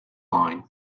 line